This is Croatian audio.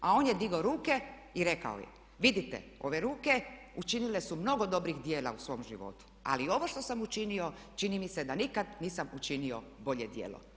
A on je digao ruke i rekao je, vidite ove ruke učinile su mnogo dobrih djela u svom životu, ali ovo što sam učinio čini mi se da nikad nisam učinio bolje djelo.